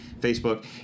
Facebook